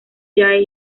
jae